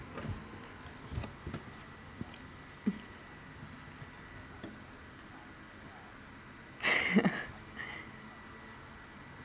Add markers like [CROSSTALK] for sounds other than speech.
[LAUGHS]